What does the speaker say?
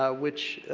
ah which,